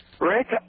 Rick